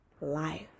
life